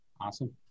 Awesome